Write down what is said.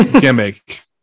Gimmick